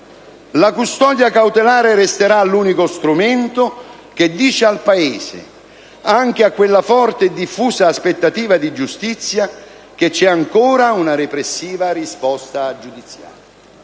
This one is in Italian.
la custodia cautelare resterà l'unico strumento che dice al Paese, anche a quella forte e diffusa aspettativa di giustizia, che c'è ancora una repressiva risposta giudiziaria.